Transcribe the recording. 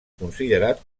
considerat